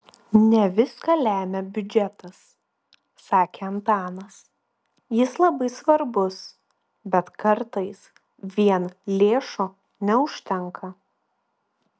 ne viską lemia biudžetas sakė antanas jis labai svarbus bet kartais vien lėšų neužtenka